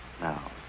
Now